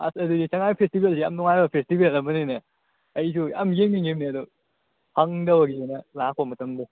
ꯑꯁ ꯑꯗꯨꯗꯤ ꯁꯉꯥꯏ ꯐꯦꯁꯇꯤꯚꯦꯜꯁꯤ ꯌꯥꯝ ꯅꯨꯡꯉꯥꯏꯕ ꯐꯦꯁꯇꯤꯚꯦꯜ ꯑꯃꯅꯤꯅꯦ ꯑꯩꯁꯨ ꯌꯥꯝ ꯌꯦꯡꯅꯤꯡꯉꯤꯕꯅꯤ ꯑꯗꯨ ꯐꯪꯗꯕꯒꯤꯅꯤꯅꯦ ꯂꯥꯛꯄ ꯃꯇꯝꯗꯣ